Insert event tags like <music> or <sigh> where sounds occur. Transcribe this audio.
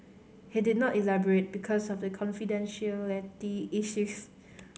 he did not elaborate because of the confidentiality <noise> issues